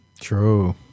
True